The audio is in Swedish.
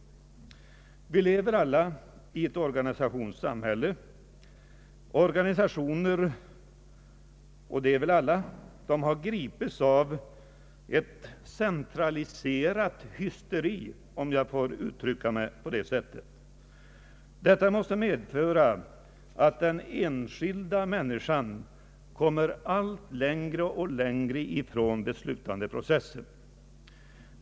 Vi lever alla i ett organisationssamhälle. I stort sett alla organisationer har gripits av ett centraliserat hysteri, om jag får uttrycka mig på det sättet. Detta måste medföra att den enskilda människan kommer allt längre ifrån beslutandeprocessen.